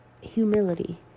humility